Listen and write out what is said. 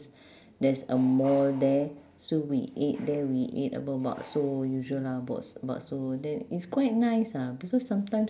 there's a mall there so we ate there we ate a b~ bakso usual lah bak~ bakso then it's quite nice ah because sometimes